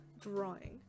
drawing